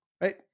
right